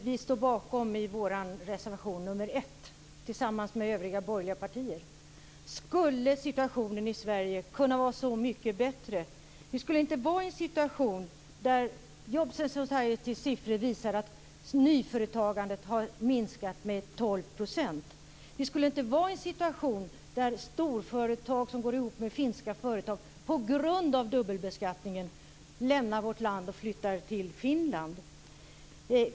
Fru talman! Med den politik som vi tillsammans med övriga borgerliga partier står bakom i reservation 1 skulle situationen i Sverige kunna vara så mycket bättre. Vi skulle inte vara i en situation där Jobs and Societys siffror visar att nyföretagandet har minskat med 12 %. Vi skulle inte vara i en situation där storföretag som går ihop med finska företag på grund av dubbelbeskattningen lämnar vårt land och flyttar till Finland.